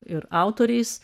ir autoriais